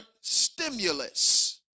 stimulus